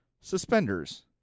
suspenders